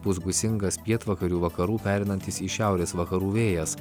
pūs gūsingas pietvakarių vakarų pereinantis į šiaurės vakarų vėjas